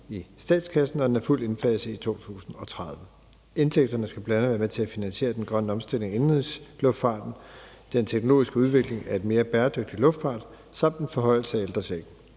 i statskassen, når den er fuldt indfaset i 2030. Indtægterne skal bl.a. være med til at finansiere den grønne omstilling af indenrigsluftfarten, den teknologiske udvikling af en mere bæredygtig luftfart samt en forhøjelse af ældrechecken.